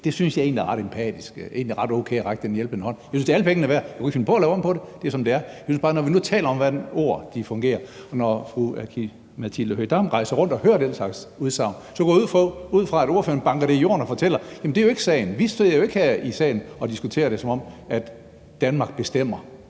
at række den hjælpende hånd. Jeg synes, det er alle pengene værd. Kunne vi finde på at lave det om? Det er, som det er. Så når vi nu taler om, hvordan ord fungerer, og når fru Aki-Matilda Høegh-Dam rejser rundt og hører den slags udsagn, går jeg ud fra, at ordføreren banker det i jorden og fortæller: Jamen det er jo ikke sagen, vi står jo ikke her i salen og diskuterer det, som om Danmark bestemmer.